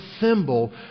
symbol